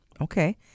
Okay